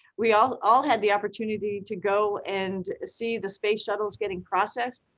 we all all had the opportunity to go and see the space shuttles getting processed,